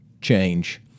change